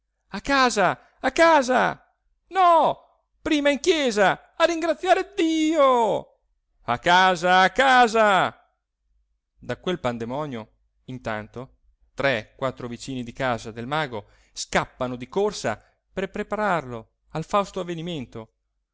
a casa a casa no prima in chiesa a ringraziare dio a casa a casa da quel pandemonio intanto tre quattro vicini di casa del mago scappano di corsa per prepararlo al fausto avvenimento